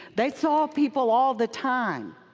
they saw people all the time,